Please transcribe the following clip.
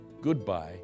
goodbye